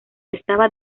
estaba